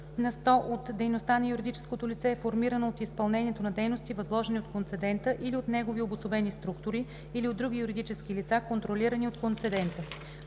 на сто от дейността на юридическото лице е формирана от изпълнението на дейности, възложени от концедента или от негови обособени структури, или от други юридически лица, контролирани от концедента;